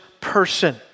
person